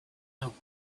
out